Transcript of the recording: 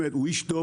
הוא איש טוב,